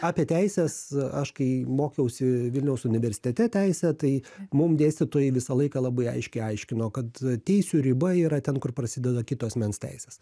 apie teises aš kai mokiausi vilniaus universitete teisę tai mum dėstytojai visą laiką labai aiškiai aiškino kad teisių riba yra ten kur prasideda kito asmens teises